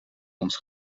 ons